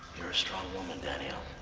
you're a strong woman, danielle,